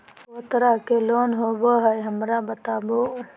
को तरह के लोन होवे हय, हमरा बताबो?